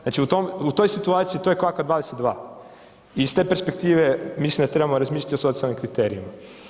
Znači, u tom, u toj situaciji to je kvaka 22 i iz te perspektive mislim da trebamo razmišljati o socijalnim kriterijima.